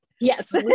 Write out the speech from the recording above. yes